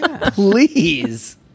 please